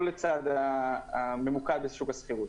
לא ממוקד לשוק השכירות,